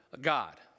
God